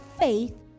faith